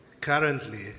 currently